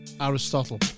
aristotle